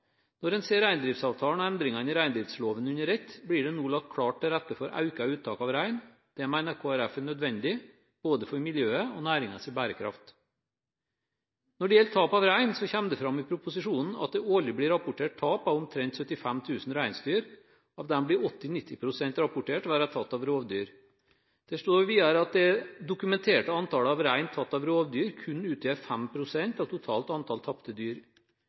Når en ser reindriftsavtalen og endringene i reindriftsloven under ett, blir det nå lagt klart til rette for økt uttak av rein. Det mener Kristelig Folkeparti er nødvendig, både for miljøet og for næringens bærekraft. Når det gjelder tap av rein, kommer det fram i proposisjonen at det årlig blir rapportert tap av omtrent 75 000 reinsdyr. Av dem blir 80–90 pst. rapportert å være tatt av rovdyr. Det står videre at det dokumenterte antallet rein tatt av rovdyr kun utgjør 5 pst. av det totale antallet tapte dyr.